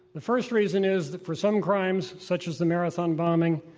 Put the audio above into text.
the first reason is that for some crimes, such as the marathon bombing,